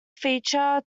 feature